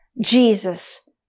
jesus